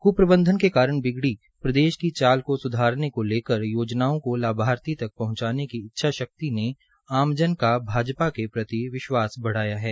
कुप्रबंधन के कारण बिगड़ी प्रदेश की चाल को सुधारने को लेकर योजनाओं का लाभार्थी तक पहंचाने की इच्छाशक्ति ने आमजन का भाजपा के प्रति विश्वास बढ़ाया है